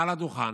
מעל הדוכן,